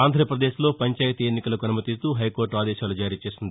ఆంధ్రప్రదేశ్లో పంచాయితీ ఎన్నికలకు అనుమతిస్తూ హైకోర్టు ఆదేశాలు జారీ చేసింది